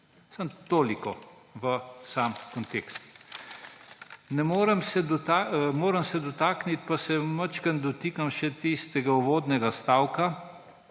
Samo toliko v sam kontekst. Moram se dotakniti pa se majčkeno dotikam še tistega uvodnega stavka,